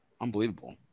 unbelievable